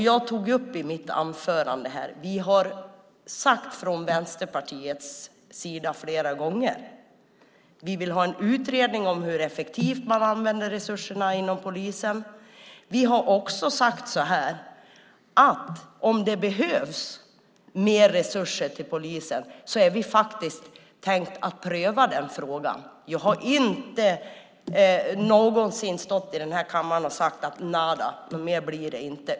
Jag tog i mitt anförande upp - och vi har sagt det från Vänsterpartiets sida flera gånger - att vi vill ha en utredning om hur effektivt man använder resurserna inom polisen. Vi har också sagt att vi har tänkt pröva frågan om det behövs mer resurser till polisen. Jag har inte någonsin stått i den här kammaren och sagt: Nada, något mer blir det inte.